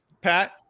Pat